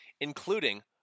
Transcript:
including